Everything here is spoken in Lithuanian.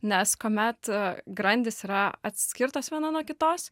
nes kuomet a grandys yra atskirtos viena nuo kitos